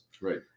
Right